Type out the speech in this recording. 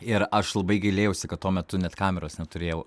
ir aš labai gailėjausi kad tuo metu net kameros neturėjau